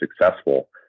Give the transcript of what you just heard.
successful